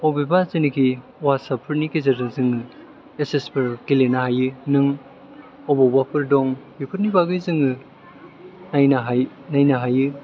बबेबा जेनेखि हवाटसाफ नि गेजेरजों जोङो मेसेस फोर गेलेनो हायो नों अबावबाफोर दं बेफोरनि बागै जोङो नायनो हायो